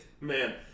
man